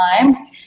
time